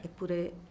eppure